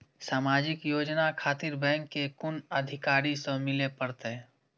समाजिक योजना खातिर बैंक के कुन अधिकारी स मिले परतें?